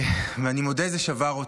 אני מודה, זה שבר אותי.